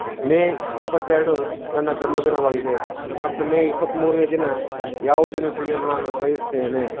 ಮೇ ಇಪ್ಪತ್ತೆರಡು ನನ್ನ ಜನ್ಮದಿನವಾಗಿದೆ ಮತ್ತು ಮೇ ಇಪ್ಪತ್ತ್ಮೂರನೇ ದಿನ ಯಾವುದೆಂದು ತಿಳಿಯಲು ನಾನು ಬಯಸುತ್ತೇನೆ